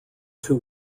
two